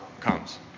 comes